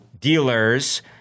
dealers